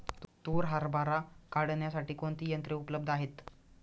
तूर हरभरा काढण्यासाठी कोणती यंत्रे उपलब्ध आहेत?